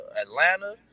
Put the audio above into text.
Atlanta